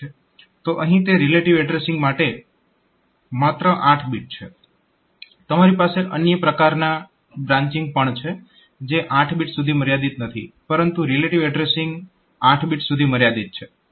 તો અહીં relative addressing માટે માત્ર 8 બીટ છે તમારી પાસે અન્ય પ્રકારના બ્રાંન્ચીંગ પણ છે જે 8 બીટ સુધી મર્યાદિત નથી પરંતુ રિલેટીવ એડ્રેસીંગ 8 બીટ સુધી મર્યાદિત છે